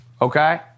okay